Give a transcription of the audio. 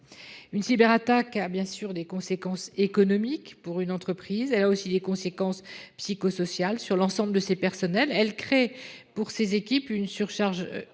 Une cyberattaque a bien sûr des conséquences économiques pour une entreprise, mais elle a aussi des conséquences psychosociales sur l’ensemble de ses personnels. Elle crée pour ses équipes une surcharge